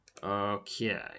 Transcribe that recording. Okay